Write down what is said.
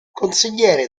consigliere